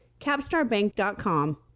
capstarbank.com